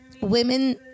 women